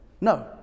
No